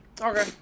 Okay